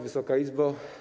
Wysoka Izbo!